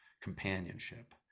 companionship